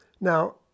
Now